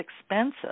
expensive